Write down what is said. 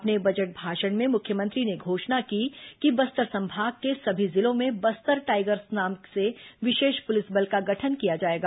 अपने बजट भाषण में मुख्यमंत्री ने घोषणा की कि बस्तर संभाग के सभी जिलों में बस्तर टाइगर्स नाम से विशेष प्रलिस बल का गठन किया जाएगा